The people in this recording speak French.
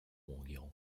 enguerrand